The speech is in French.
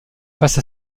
face